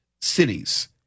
cities